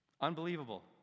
Unbelievable